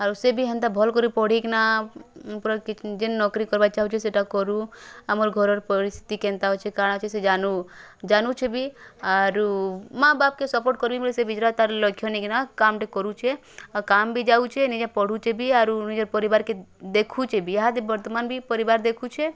ଆଉ ସିଏ ବି ହେନ୍ତା ଭଲ କରି ପଢ଼ିକିନା ପୁରା ଯେନ ନକିରି କର୍ବା ଚାଁହୁଛେ ସେଟା କରୁ ଆମର୍ ଘରର ପରିସ୍ଥିତି କେନ୍ତା ଅଛି କାଣା ଅଛି ସେ ଜାନୁ ଜାନୁଛେ ବି ଆରୁ ମାଆ ବାପ୍କେ ସପର୍ଟ୍ କରିବି ବୋଲି ସେ ବିଚରା ତା'ର୍ ଲକ୍ଷ୍ୟ ନେଇକିନା କାମ୍ଟେ କରୁଛେ ଆଉ କାମ୍ ବି ଯଉଛେ ନିଜେ ପଢ଼ୁଛେ ବି ଆରୁ ନିଜେ ପରିବାର୍କେ ଦେଖୁଛେ ବି ଏହା ଦେ ବର୍ତ୍ତମାନ ବି ପରିବାର୍ ଦେଖୁଛେ